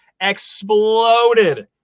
exploded